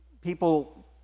People